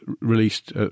released